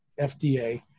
FDA